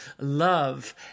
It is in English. love